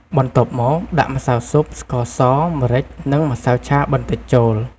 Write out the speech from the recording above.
បន្ទាប់មក ដាក់ ម្សៅស៊ុប ស្ករស ម្រេច និង ម្សៅឆាបន្តិច ចូល។